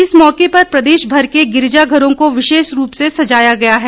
इस मौके पर प्रदेशभर के गिरिजाघरों को विशेष रूप से सजाया गया है